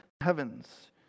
heavens